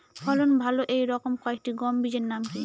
ফলন ভালো এই রকম কয়েকটি গম বীজের নাম কি?